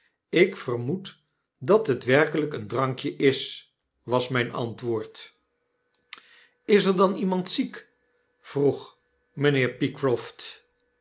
ik vermoed dat het werkelyk een drankje is was myn antwoord m ls er dan iemand ziek vroeg mynheer